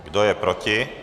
Kdo je proti?